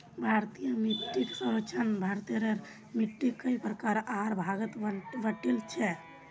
भारतीय मिट्टीक सर्वेक्षणत भारतेर मिट्टिक कई प्रकार आर भागत बांटील छे